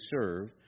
serve